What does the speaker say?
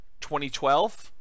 2012